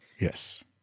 Yes